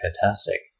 fantastic